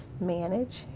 manage